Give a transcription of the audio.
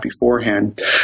beforehand